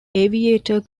aviator